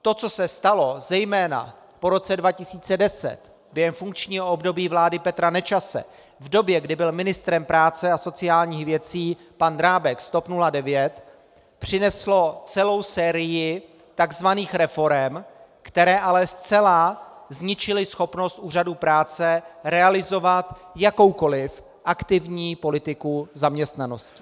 To co se stalo zejména po roce 2010 během funkčního období vlády Petra Nečase, v době, kdy byl ministrem práce a sociálních věcí pan Drábek z TOP 09, přineslo celou sérii tzv. reforem, které ale zcela zničily schopnost úřadů práce realizovat jakoukoliv aktivní politiku zaměstnanosti.